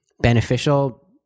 beneficial